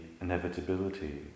inevitability